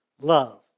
love